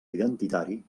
identitari